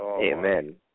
Amen